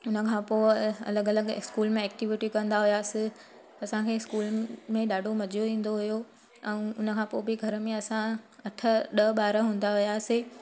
हुन खां पोइ अलॻि अलॻि स्कूल में एक्टिविटी कंदा हुआसीं त असांखे स्कूल में ॾाढो मज़ॉ ईंदो हुओ ऐं उन खां पो बि घर में असां अठ ॾह ॿार हूंदा हुआसीं